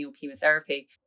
chemotherapy